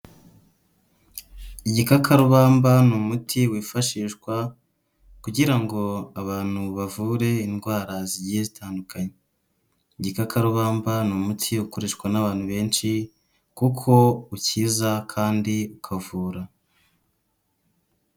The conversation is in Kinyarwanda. Igikakarubamba ni umuti wifashishwa, kugira ngo abantu bavure indwara zigiye zitandukanye. Igikakarubamba ni umuti ukoreshwa n'abantu benshi, kuko ukiza kandi ukavura.